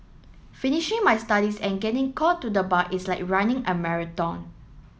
finishing my studies and getting called to the bar is like running a marathon